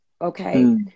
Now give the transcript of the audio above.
okay